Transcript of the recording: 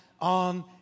on